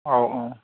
औ औ